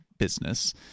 business